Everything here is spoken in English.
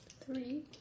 Three